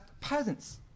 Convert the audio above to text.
peasants